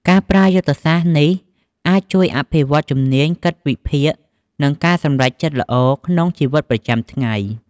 ការប្រើប្រាស់យុទ្ធសាស្ត្រនេះអាចជួយអភិវឌ្ឍជំនាញគិតវិភាគ និងការសម្រេចចិត្តល្អក្នុងជីវិតប្រចាំថ្ងៃ។